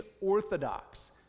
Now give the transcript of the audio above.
orthodox